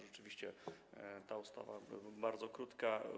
Rzeczywiście to ustawa bardzo krótka.